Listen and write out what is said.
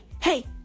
hey